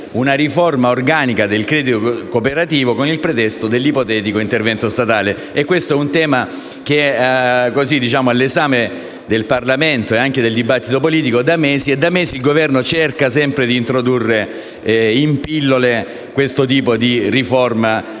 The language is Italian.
una riforma organica del credito cooperativo, con il pretesto dell'ipotetico intervento statale. Questo tema è all'esame del Parlamento e anche del dibattito politico da mesi e mesi: il Governo cerca di introdurre in pillole questo tipo di riforma